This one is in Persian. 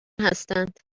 هستند